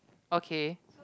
okay